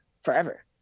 forever